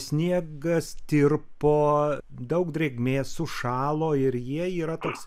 sniegas tirpo daug drėgmės sušalo ir jie yra toks